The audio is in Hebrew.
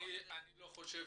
אני לא חושב